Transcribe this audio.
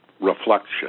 reflection